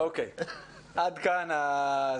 עד כאן.